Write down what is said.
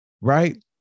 Right